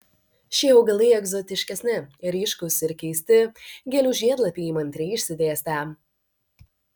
šie augalai egzotiškesni ryškūs ir keisti gėlių žiedlapiai įmantriai išsidėstę